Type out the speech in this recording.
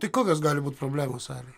tai kokios gali būt problemos salėj